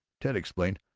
ted explained,